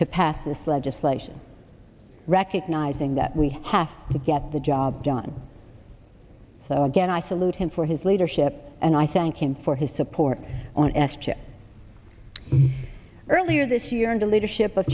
to pass this legislation recognizing that we have to get the job done so again i salute him for his leadership and i thank him for his support on s chip earlier this year in the leadership